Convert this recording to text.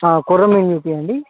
కొరమీను చూపించండి